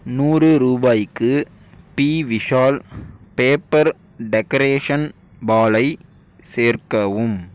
நூறு ரூபாய்க்கு பி விஷால் பேப்பர் டெகரேஷன் பாலை சேர்க்கவும்